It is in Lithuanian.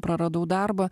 praradau darbą